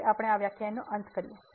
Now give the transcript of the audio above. તેથી આ વ્યાખ્યાનનો અંત છે